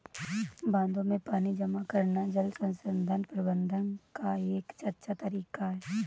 बांधों में पानी जमा करना जल संसाधन प्रबंधन का एक अच्छा तरीका है